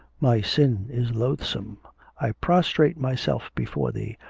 my sin is loathsome i prostrate myself before thee,